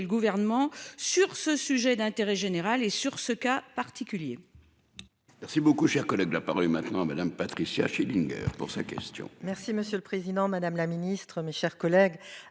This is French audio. le gouvernement sur ce sujet d'intérêt général et sur ce cas particulier.